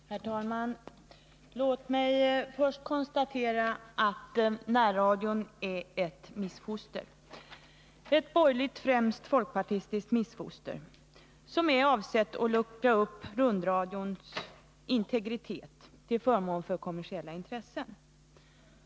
Herr talman! Låt mig först konstatera att närradion är ett borgerligt, främst folkpartistiskt, missfoster som är avsett att luckra upp rundradions integritet till förmån för kommersiella intressen.